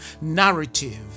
narrative